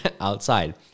outside